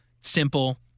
Simple